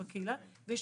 אצלכם,